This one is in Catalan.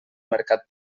mercat